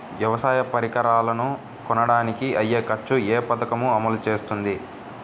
వ్యవసాయ పరికరాలను కొనడానికి అయ్యే ఖర్చు ఏ పదకము అమలు చేస్తుంది?